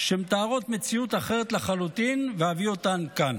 שמתארות מציאות אחרת לחלוטין, ואביא אותן כאן: